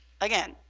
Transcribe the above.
Again